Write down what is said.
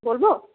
বলব